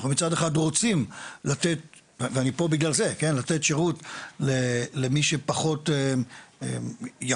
אנחנו מצד אחד רוצים לתת שירות למי שפחות יכול,